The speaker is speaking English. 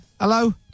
Hello